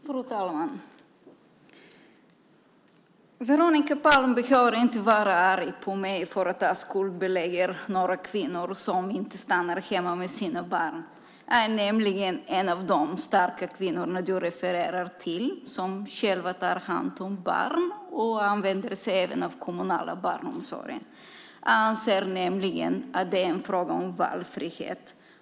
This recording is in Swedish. Fru talman! Veronica Palm behöver inte vara arg på mig för att jag skuldbelägger några kvinnor som inte stannar hemma med sina barn. Jag är nämligen en av de starka kvinnor hon refererar till som själva tar hand om barn och även använder sig av den kommunala barnomsorgen. Jag anser nämligen att det är en fråga om valfrihet.